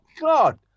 God